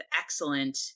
excellent